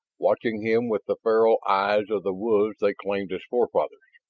watching him with the feral eyes of the wolves they claimed as forefathers,